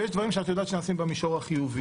ויש דברים שאת יודעת שנעשים במישור החיובי,